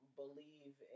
believe